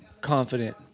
confident